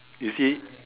you see